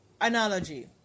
analogy